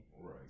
Right